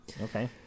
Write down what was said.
Okay